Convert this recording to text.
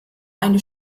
eine